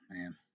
man